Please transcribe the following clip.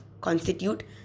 constitute